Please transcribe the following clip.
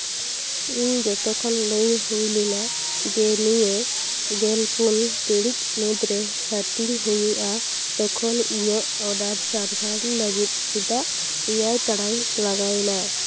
ᱤᱧ ᱡᱚᱛᱚᱠᱷᱚᱱ ᱞᱟᱹᱭ ᱦᱩᱭ ᱞᱮᱱᱟ ᱡᱮ ᱱᱤᱭᱟᱹ ᱜᱮᱞᱯᱩᱱ ᱴᱤᱬᱤᱡ ᱢᱩᱫᱽᱨᱮ ᱦᱟᱹᱴᱤᱧ ᱦᱩᱭᱩᱜᱼᱟ ᱛᱚᱠᱷᱚᱱ ᱤᱧᱟᱹᱜ ᱚᱰᱟᱨ ᱥᱟᱨᱵᱷᱟᱨ ᱞᱟᱹᱜᱤᱫ ᱪᱮᱫᱟᱜ ᱮᱭᱟᱭ ᱴᱟᱲᱟᱝ ᱞᱟᱜᱟᱣᱮᱱᱟ